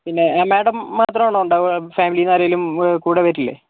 പിന്നെ മാഡം മാത്രമാണോ ഉണ്ടാവുക ഫാമിലിയിൽ നിന്ന് ആരേലും കൂടെവരില്ലേ